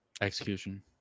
Execution